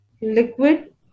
Liquid